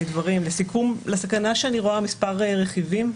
לסיכום, לסכנה שאני רואה מספר רכיבים.